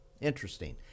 Interesting